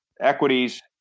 equities